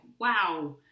wow